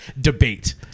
debate